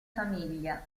famiglia